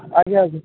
ଆଜ୍ଞା ଆଜ୍ଞା